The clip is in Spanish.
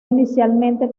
inicialmente